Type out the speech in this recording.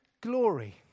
glory